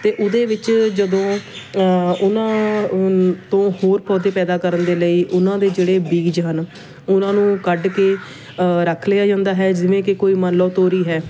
ਅਤੇ ਉਹਦੇ ਵਿੱਚ ਜਦੋਂ ਉਹਨਾਂ ਤੋਂ ਹੋਰ ਪੌਦੇ ਪੈਦਾ ਕਰਨ ਦੇ ਲਈ ਉਹਨਾਂ ਦੇ ਜਿਹੜੇ ਬੀਜ ਹਨ ਉਹਨਾਂ ਨੂੰ ਕੱਢ ਕੇ ਰੱਖ ਲਿਆ ਜਾਂਦਾ ਹੈ ਜਿਵੇਂ ਕਿ ਕੋਈ ਮੰਨ ਲਓ ਤੋਰੀ ਹੈ